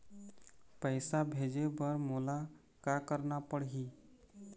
पैसा भेजे बर मोला का करना पड़ही?